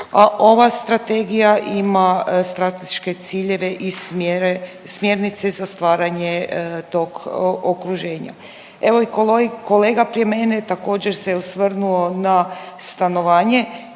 ova strategija ima strateške ciljeve i smjere… smjernice za stvaranje tog okuženja. Evo i kolega prije mene također se osvrnuo na stanovanje.